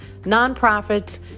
nonprofits